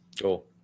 cool